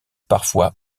parfois